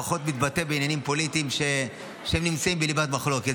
פחות מתבטא בעניינים פוליטיים שנמצאים בליבת מחלוקת.